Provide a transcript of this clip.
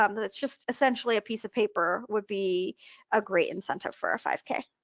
um that's just essentially a piece of paper would be a great incentive for a five k.